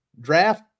draft